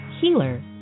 healer